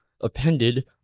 appended